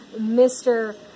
Mr